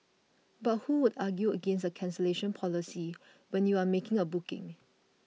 but who would argue against a cancellation policy when you are making a booking